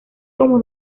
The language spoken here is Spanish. como